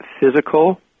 physical